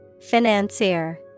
Financier